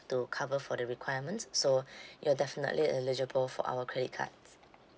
to cover for the requirements so you're definitely eligible for our credit cards